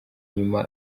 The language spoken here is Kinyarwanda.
nyuma